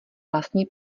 vlastní